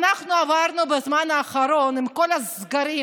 אנחנו עברנו בזמן האחרון עם כל הסגרים